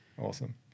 Awesome